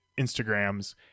Instagrams